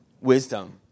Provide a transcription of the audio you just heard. wisdom